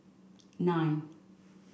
nine